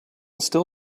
still